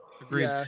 Agreed